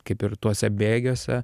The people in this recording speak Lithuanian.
kaip ir tuose bėgiuose